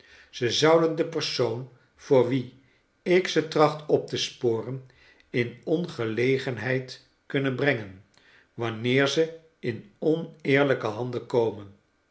ze zouden de persoon voor wie ik ze tracht op te sporen in ongelegenheid kunnen brengen wanneer ze in oneerlijke handen komen